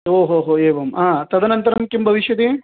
ओहोहो एवं तदनन्तरं किं भविष्यति